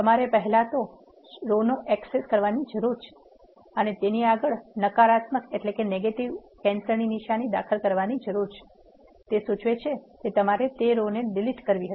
તમારે પહેલાં તે રો ને એક્સેસ કરવાની જરૂર છે અને તેની આગળ નકારાત્મક નિશાની દાખલ કરવાની જરૂર છે તે સૂચવે છે કે તમારે તે રો ને ડિલીટ કરવી હતી